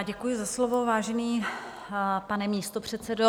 Děkuji za slovo, vážený pane místopředsedo.